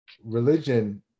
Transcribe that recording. religion